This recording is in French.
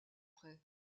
près